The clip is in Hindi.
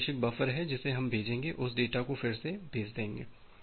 तो यह प्रेषक बफर है जिसे हम भेजेंगे उस डेटा को फिर से भेज देंगे